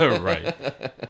Right